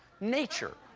nature,